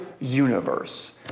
universe